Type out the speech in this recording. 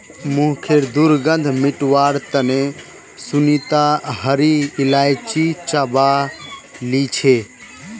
मुँहखैर दुर्गंध मिटवार तने सुनीता हरी इलायची चबा छीले